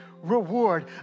reward